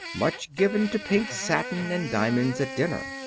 much given to pink satin and diamonds at dinner.